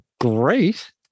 great